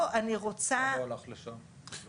למה הוא הלך לשם?